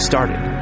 Started